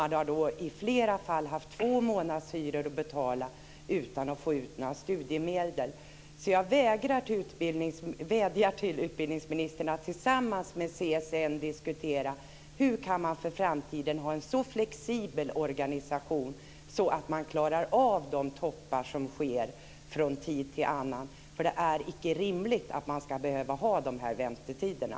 Man har i flera fall haft två månadshyror att betala utan att få ut några studiemedel. Jag vädjar till utbildningsministern att tillsammans med CSN diskutera hur man i framtiden skall kunna ha en så flexibel organisation att man klarar av de toppar som inträffar från tid till annan. Det är icke rimligt att ha de här väntetiderna.